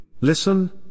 Listen